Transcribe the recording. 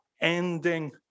ending